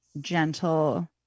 gentle